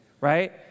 right